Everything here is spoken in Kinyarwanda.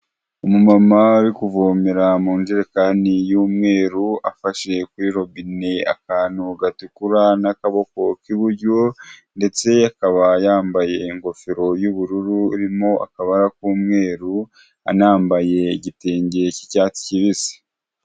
Umumama uri kuvomera mu njerekani y'umweru, afashe kuri robine akantu gatukura n'akaboko k'iburyo, ndetse akaba yambaye ingofero y'ubururu irimo akabara k'umweru, anambaye igitenge cy'icyatsi kibisi.